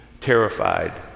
terrified